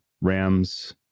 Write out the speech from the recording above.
Rams